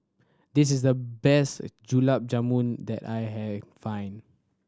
this is the best Gulab Jamun that I had find